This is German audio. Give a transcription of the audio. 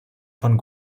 von